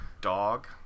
dog